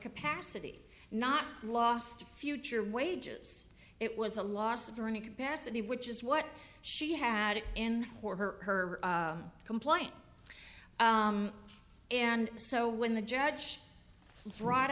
capacity not lost future wages it was a loss of earning capacity which is what she had in her complaint and so when the judge brought